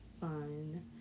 fun